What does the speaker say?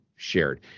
shared